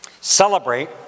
Celebrate